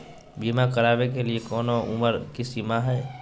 बीमा करावे के लिए कोनो उमर के सीमा है?